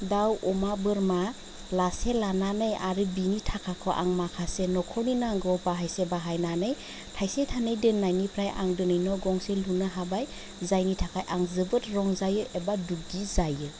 दाउ अमा बोरमा लासे लानानै आरो बिनि थाखाखौ आं माखासे नखरनि नांगौवाव बाहायसे बाहायनानै थाइसे थाइनै दोन्नायनिफ्राय आं दोनै न' गंसे लुनो हाबाय जायनि थाखाय आं जोबोद रंजायो एबा दुगि जायो